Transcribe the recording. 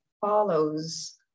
follows